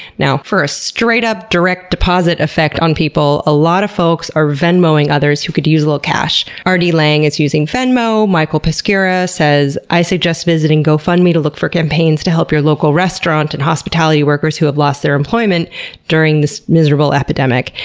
now, for a straight-up direct deposit effect on people, a lot of folks are venmo-ing others who could use a little cash. art t lang is using venmo, michael peskura says i suggest visiting gofundme to look for campaigns to help your local restaurant and hospitality workers who have lost their employment during this miserable epidemic.